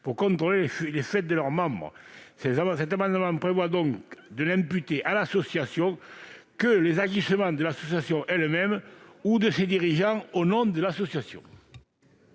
pour contrôler les faits de leurs membres. Cet amendement vise à prévoir de n'imputer à l'association que les agissements de l'association elle-même ou ceux commis par ses dirigeants au nom de l'association.